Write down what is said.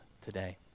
today